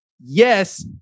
yes